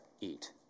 eat